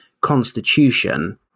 Constitution